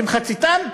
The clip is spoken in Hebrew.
כמחציתן.